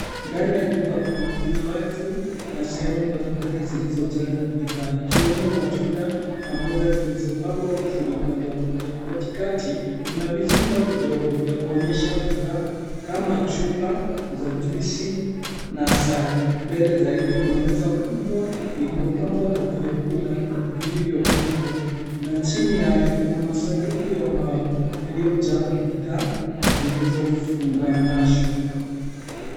Ndani ya duka kuu, kuna rafu na sehemu mbalimbali zilizojaa bidhaa, ikiwemo matunda na mboga zilizopangwa vizuri upande wa kulia. Katikati kuna vizimba vidogo vya kuonyesha bidhaa kama chupa za juisi na asali. Mbele zaidi, kuna meza kubwa lililo pambwa na vyakula vilivyopikwa na chini yake kuna masaduku ya mbao yaliyojaa bidhaa zilizofunganashwa.